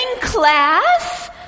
class